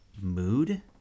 mood